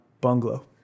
bungalow